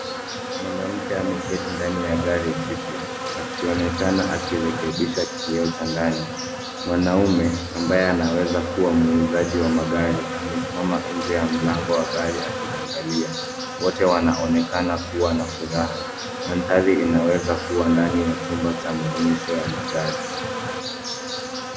Mwanamke ameketi ndani ya gari jipya akionekana akirekebisha kioo cha ndani. Mwanaume ambaye anawezakuwa muuzaji wa magari, amesimama nje ya mlango wa gari akimwangalia. Wote wanaonekana kuwa na furaha. Mandhari inawezakuwa ndani ya chumba cha maonyesho ya magari.